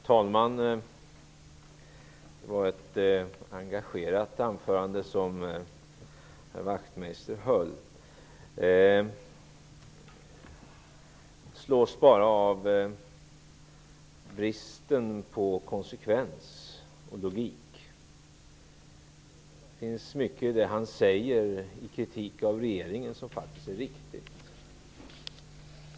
Herr talman! Det var ett engagerat anförande som herr Wachtmeister höll. Jag slås bara av bristen på konsekvens och logik. Det finns mycket av det han säger, i hans kritik av regeringen, som faktiskt är riktigt.